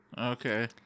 Okay